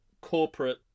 corporate